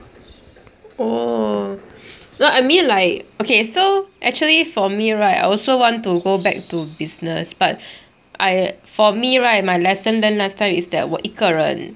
orh no I mean like okay so actually for me right I also want to go back to business but I for me right my lesson learnt last time is that 我一个人